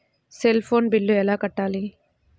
Cell phone bill ఎలా కట్టారు?